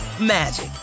magic